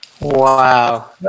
Wow